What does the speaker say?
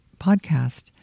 podcast